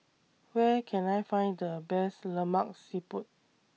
Where Can I Find The Best Lemak Siput